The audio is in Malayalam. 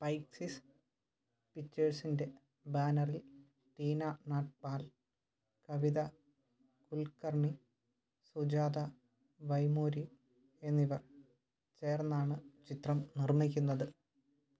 പൈക്സിസ് പിക്ചേഴ്സിൻ്റെ ബാനറിൽ ടീനാ നാഗ്പാൽ കവിതാ കുൽക്കർണി സുജാത വൈമൂരി എന്നിവർ ചേർന്നാണ് ചിത്രം നിർമ്മിക്കുന്നത്